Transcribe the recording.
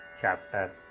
chapter